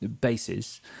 Bases